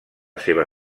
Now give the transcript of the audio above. seva